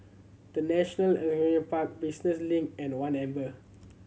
The National Park Business Link and One Amber